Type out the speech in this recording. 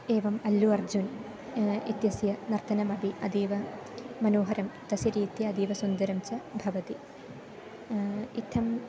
एवम् अल्लु अर्जुन् इत्यस्य नर्तनमपि अतीव मनोहरं तस्य रीत्या अतीव सुन्दरं च भवति इत्थं